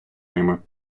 ними